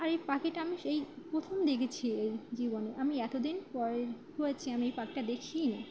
আর এই পাখিটা আমি সেই প্রথম দেখেছি এই জীবনে আমি এতদিন পর হয়েছি আমি এই পাখিটা দেখিইনি